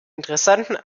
interessanten